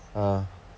ah